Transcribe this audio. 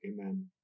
Amen